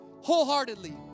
wholeheartedly